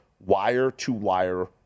Wire-to-wire